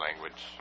language